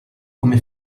come